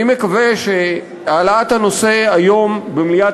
אני מקווה שהעלאת הנושא היום במליאת